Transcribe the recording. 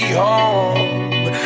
home